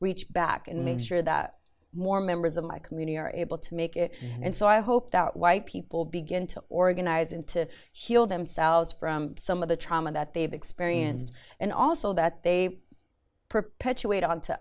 reach back and make sure that more members of my community are able to make it and so i hope that white people begin to organize and to shield themselves from some of the trauma that they have experienced and also that they perpetuate on to